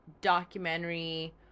documentary